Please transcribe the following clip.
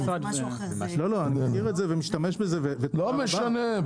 לא משנה,